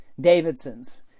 Davidson's